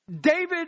David